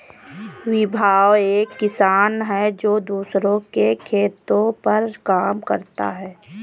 विभव एक किसान है जो दूसरों के खेतो पर काम करता है